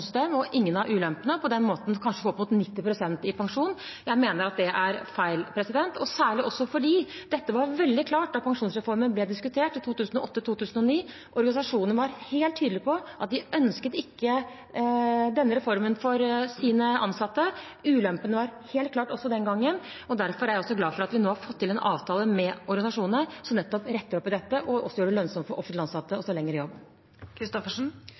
pensjonssystem og ingen av ulempene, og på den måten kanskje få opp mot 90 pst. i pensjon? Jeg mener at det er feil, og særlig også fordi dette var veldig klart da pensjonsreformen ble diskutert i 2008–2009. Organisasjonene var helt tydelige på at de ønsket ikke denne reformen for sine ansatte. Ulempene var helt klare også den gangen. Derfor er jeg glad for at vi nå har fått til en avtale med organisasjonene som nettopp retter opp i dette, og også gjør det lønnsomt for offentlig ansatte å stå lenger i